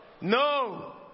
No